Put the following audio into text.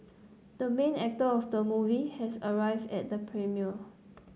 the main actor of the movie has arrived at the premiere